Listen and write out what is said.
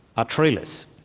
ah treeless.